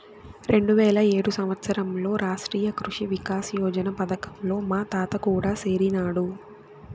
రెండువేల ఏడు సంవత్సరంలో రాష్ట్రీయ కృషి వికాస్ యోజన పథకంలో మా తాత కూడా సేరినాడు